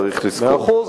צריך לזכור,